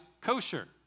kosher